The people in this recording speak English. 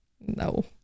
No